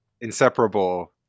inseparable